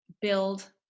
build